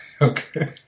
Okay